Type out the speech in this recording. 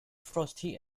frosty